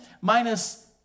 minus